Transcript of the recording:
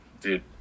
Dude